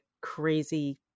crazy